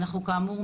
אנחנו כאמור,